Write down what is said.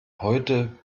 heute